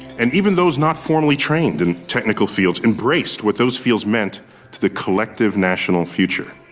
and even those not formally trained in technical fields embraced what those fields meant to the collective national future.